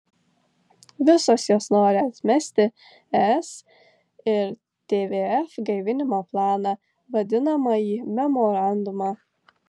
visos jos nori atmesti es ir tvf gaivinimo planą vadinamąjį memorandumą